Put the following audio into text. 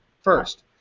first